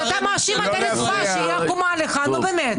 אתה מאשים את הרצפה שהיא עקומה, נו באמת.